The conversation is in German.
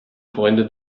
freunde